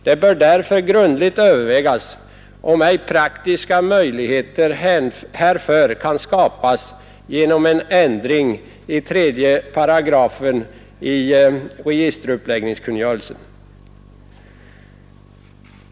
Det bör därför grundligt övervägas, om ej praktiska möjligheter härför kan skapas genom en ändring av 3 §& i registeruppläggningskungörelsen.